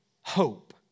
hope